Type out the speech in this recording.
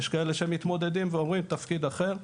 יש כאלה שמתמודדים ועוברים לתפקיד אחר.